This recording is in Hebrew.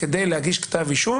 כדי להגיש כתב אישום